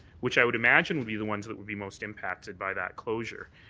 which i would imagine would be the ones that would be most impacted by that closure.